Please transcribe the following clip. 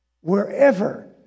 Wherever